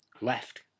left